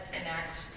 inact